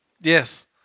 Yes